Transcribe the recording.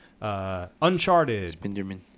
Uncharted